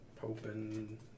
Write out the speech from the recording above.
hoping